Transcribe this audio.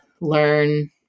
learn